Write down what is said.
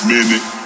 Minute